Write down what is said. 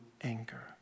anger